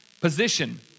Position